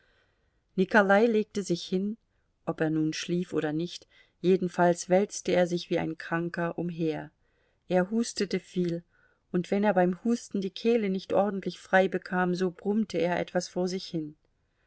nikolai legte sich hin ob er nun schlief oder nicht jedenfalls wälzte er sich wie ein kranker umher er hustete viel und wenn er beim husten die kehle nicht ordentlich frei bekam so brummte er etwas vor sich hin